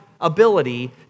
ability